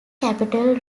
capital